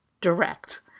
direct